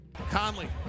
Conley